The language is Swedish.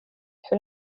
hur